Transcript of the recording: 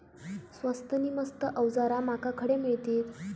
स्वस्त नी मस्त अवजारा माका खडे मिळतीत?